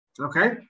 Okay